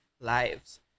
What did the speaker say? lives